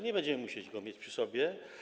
Nie będziemy musieli go mieć przy sobie.